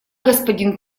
господин